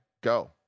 go